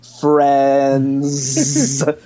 friends